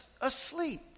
asleep